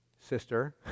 sister